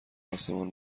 آسمان